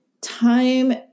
time